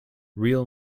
real